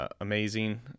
amazing